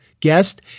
guest